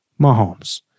Mahomes